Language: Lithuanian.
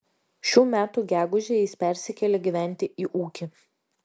šių metų gegužę jis persikėlė gyventi į ūkį